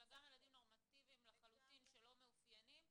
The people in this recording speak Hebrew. אלא גם ילדים נורמטיביים לחלוטין שלא מאופיינים --- לגמרי,